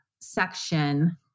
section